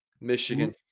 Michigan